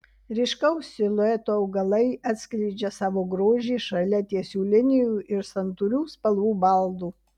ryškaus silueto augalai atskleidžia savo grožį šalia tiesių linijų ir santūrių spalvų baldų